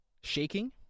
shaking